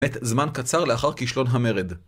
את זמן קצר לאחר כישלון המרד.